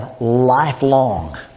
lifelong